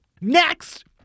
Next